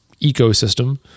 ecosystem